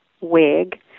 wig